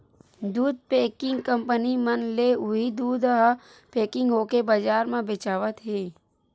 दू packing company मन ले उही दूद ह पेकिग होके बजार म बेचावत हे